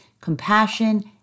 compassion